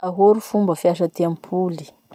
Ahoa ro fomba fiasa ty ampoly?